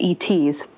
ETs